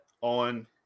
on